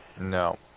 No